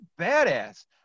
badass